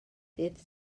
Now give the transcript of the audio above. dydd